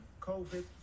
COVID